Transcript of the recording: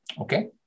okay